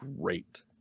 great